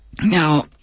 Now